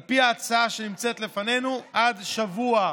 על פי ההצעה שנמצאת לפנינו, עד שבוע.